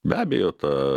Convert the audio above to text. be abejo ta